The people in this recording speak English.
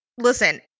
Listen